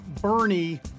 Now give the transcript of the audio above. Bernie